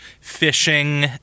fishing